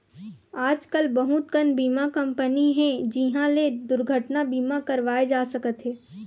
आजकल बहुत कन बीमा कंपनी हे जिंहा ले दुरघटना बीमा करवाए जा सकत हे